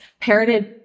parroted